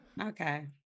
Okay